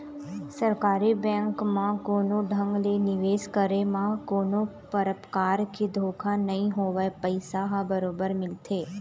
सरकारी बेंक म कोनो ढंग ले निवेश करे म कोनो परकार के धोखा नइ होवय पइसा ह बरोबर मिलथे